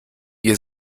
ihr